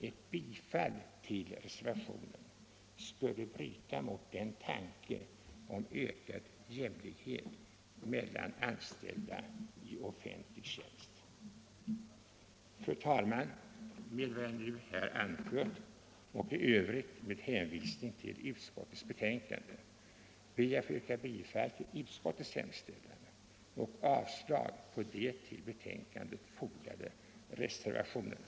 Ett bifall till reservationen skulle bryta mot tanken om ökad jämlikhet mellan anställda i offentlig tjänst. Herr talman! Med vad jag här anfört och i övrigt med hänvisning till utskottets betänkande ber jag att få yrka bifall till utskottets hemställan och avslag på de till betänkandet fogade reservationerna.